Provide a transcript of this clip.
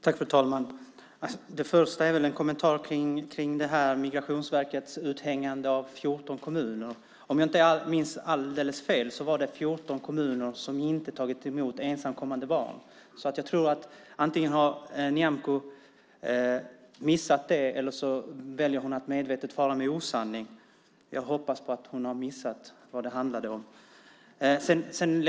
Fru talman! Först har jag en kommentar till Migrationsverkets uthängande av 14 kommuner. Om jag inte minns alldeles fel var det 14 kommuner som inte tagit emot ensamkommande barn. Antingen har Nyamko missat det eller också väljer hon att medvetet fara med osanning. Jag hoppas att hon har missat vad det handlade om.